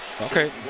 okay